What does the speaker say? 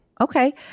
Okay